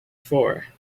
for